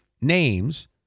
names